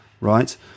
right